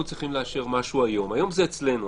היום זה אצלנו.